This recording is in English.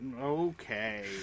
Okay